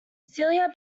celia